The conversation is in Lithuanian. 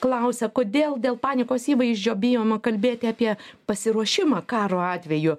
klausia kodėl dėl panikos įvaizdžio bijoma kalbėti apie pasiruošimą karo atveju